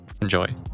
Enjoy